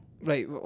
Right